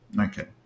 Okay